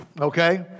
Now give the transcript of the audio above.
Okay